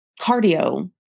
cardio